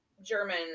german